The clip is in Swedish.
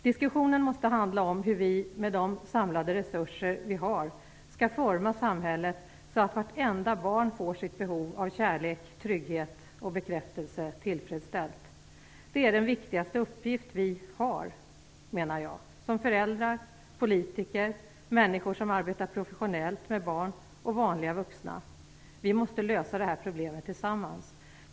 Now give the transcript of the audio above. Diskussionen måste handla om hur vi med de samlade resurser vi har skall forma samhället så att vartenda barn får sitt behov av kärlek, trygghet och bekräftelse tillfredsställt. Det är den viktigaste uppgift vi har, menar jag, som föräldrar, politiker, människor som arbetar professionellt med barn och vanliga vuxna. Vi måste lösa detta problem tillsammans.